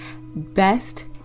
Best